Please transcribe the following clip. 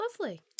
lovely